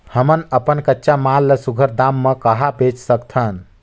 हमन अपन कच्चा माल ल सुघ्घर दाम म कहा बेच सकथन?